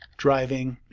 driving